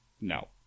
No